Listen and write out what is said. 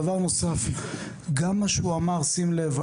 דבר נוסף, גם מה שהוא אמר, שים לב.